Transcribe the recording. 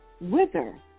wither